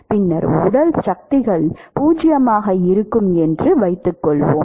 பின்னர் உடல் சக்திகள் பூஜ்ஜியமாக இருக்கும் என்று வைத்துக்கொள்வோம்